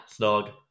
Snog